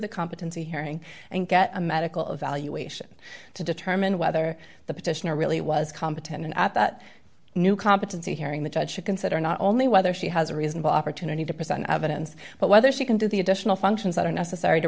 the competency hearing and get a medical evaluation to determine whether the petitioner really was competent and at that new competency hearing the judge should consider not only whether she has a reasonable opportunity to present evidence but whether she can do the additional functions that are necessary to